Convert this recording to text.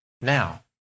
Now